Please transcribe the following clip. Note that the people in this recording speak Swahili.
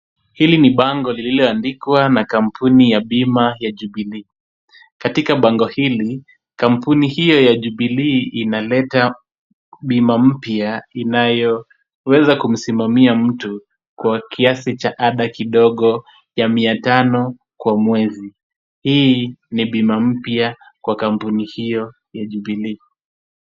Hili ni bango lililoandikwa na kampuni ya bima ya Jubilee. Katika bango hili, kampuni hiyo ya Jubilee inaleta bima mpya inayoweza kumsimamia mtu, kwa kiasi cha ada kidogo ya mia tano kwa mwezi. Hii ni bima mpya kwa kampuni hiyo ya Jubilee.